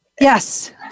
Yes